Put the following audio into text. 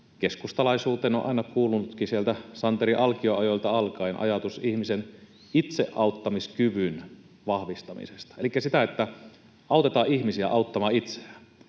Keskustalaisuuteen on aina kuulunutkin sieltä Santeri Alkion ajoilta alkaen ajatus ihmisen itseauttamiskyvyn vahvistamisesta elikkä siitä, että autetaan ihmisiä auttamaan itseään.